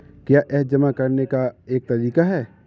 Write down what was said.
क्या यह जमा करने का एक तरीका है?